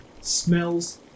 smells